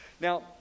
Now